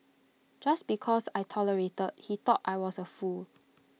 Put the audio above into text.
just because I tolerated he thought I was A fool